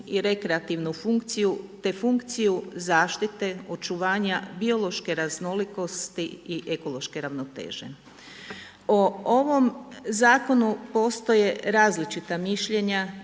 i rekreativnu funkciju te funkciju zaštite, očuvanja, biološke raznolikosti i ekološke ravnoteže. O ovom zakonu postoje različita mišljenja